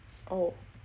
oh